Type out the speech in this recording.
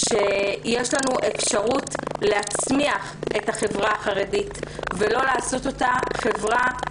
יש לנו אפשרות להצמיח את החברה החרדית ולא לעשות אותה חברה ענייה,